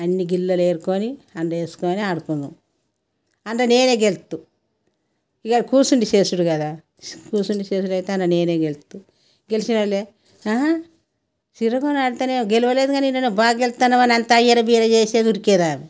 అన్నీ గిళ్ళెలు ఏరుకుని అందులో వేసుకుని ఆడుకున్నాం అందులో నేనే గెలుస్తా ఇక్కడ కూర్చుని చేసేది కదా కూర్చుని చేసేది అయితే అందులో నేనే గెలుస్తా గెలిచిన వాళ్ళే సిర్రగోని ఆడితేనే గెలవలేదు కానీ ఇందులో బాగా గెలుస్తున్నావు అని అంతా ఏరబిర్ర చేసేవారు ఉరికేదాన్ని